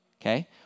Okay